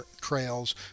trails